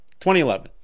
2011